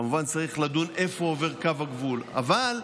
כמובן צריך לדון איפה עובר קו הגבול, אבל בגדול,